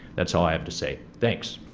that's all i um to say thanks.